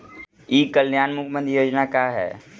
ई कल्याण मुख्य्मंत्री योजना का है?